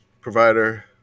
provider